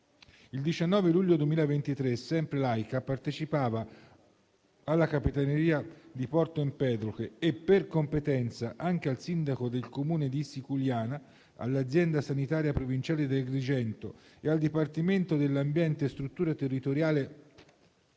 Il 19 luglio 2023 sempre l'AICA partecipava alla Capitaneria di Porto Empedocle e, per competenza, anche al sindaco del Comune di Siculiana, all'Azienda sanitaria provinciale di Agrigento e al dipartimento dell'ambiente e strutture territoriali